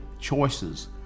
choices